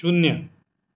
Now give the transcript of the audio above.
शून्य